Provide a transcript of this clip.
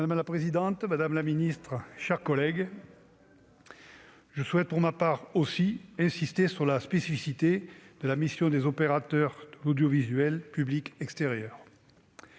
Madame la présidente, madame la ministre, mes chers collègues, je souhaite également insister sur la spécificité de la mission des opérateurs de l'audiovisuel public extérieur